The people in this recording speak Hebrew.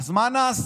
אז מה נעשה?